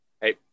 Hey